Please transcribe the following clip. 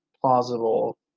plausible